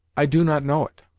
i do not know it.